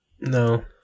No